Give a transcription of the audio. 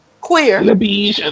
queer